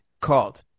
called